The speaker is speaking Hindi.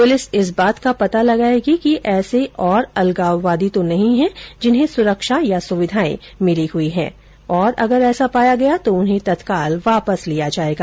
पुलिस इस बात का पता लगाएगी कि ऐसे और अलगाववादी तो नहीं हैं जिन्हें सुरक्षा या सुविधाएँ मिली हुई हैं और अगर ऐसा पाया गया तो उन्हें तत्काल वापस लिया जाएगा